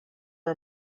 are